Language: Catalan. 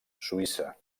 suïssa